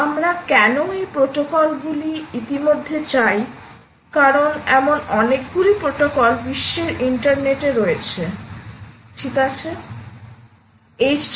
আমরা কেন এই প্রোটোকলগুলি ইতিমধ্যে চাই কারণ এমন অনেকগুলি প্রোটোকল বিশ্বের ইন্টারনেটে রয়েছে ঠিক আছে